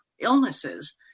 illnesses